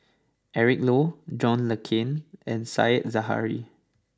Eric Low John Le Cain and Said Zahari